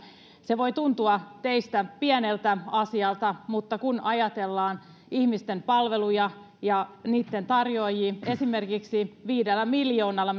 se voi tuntua teistä pieneltä asialta mutta kun ajatellaan ihmisten palveluja ja niitten tarjoajia niin esimerkiksi viidellä miljoonalla